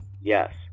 Yes